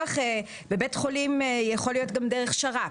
בבית חולים זה יכול להיות גם דרך שר"פ,